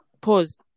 Pause